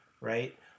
right